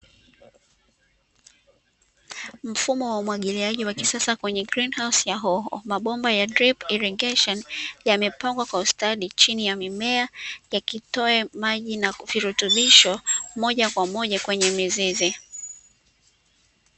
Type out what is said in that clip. Mfumo wa umwagiliaji wa kisasa kwenye "grin hause" ya hoho, mabomba ya drip irigesheni yamepangwa kwa ustadi chini ya mimea, yakitoa maji na kuvirutubisho moja kwa moja kwenye mizizi.